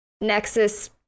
nexus